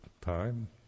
time